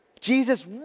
Jesus